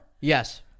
Yes